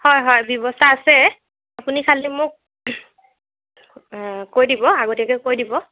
হয় হয় ব্যৱস্থা আছে আপুনি খালী মোক কৈ দিব আগতীয়াকৈ কৈ দিব